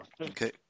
Okay